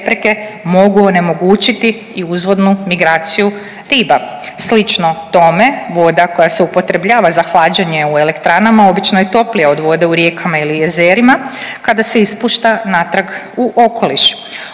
mogu onemogućiti i uzvodnu migraciju riba. Slično tome voda koja se upotrebljava za hlađenje u elektranama obično je toplija od vode u rijekama ili jezerima kada se ispušta natrag u okoliš.